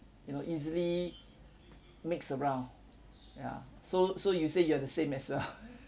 you know easily mix around ya so so you say you're the same as well